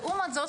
לעומת זאת,